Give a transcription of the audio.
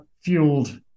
fueled